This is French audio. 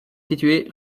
situé